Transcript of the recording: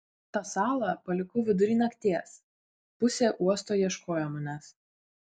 tą salą palikau vidury nakties pusė uosto ieškojo manęs